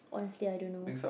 honestly I don't know